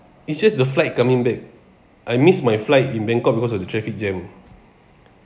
it's just the flight coming back I missed my flight in bangkok because of the traffic jam